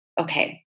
okay